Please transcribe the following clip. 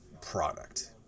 product